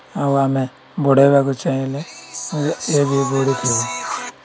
ଆଉ ଆମେ ବଢ଼େଇବାକୁ ଚାହିଁଲେ ଏ ବି ବଢ଼ୁଥିବ